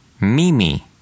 mimi